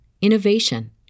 innovation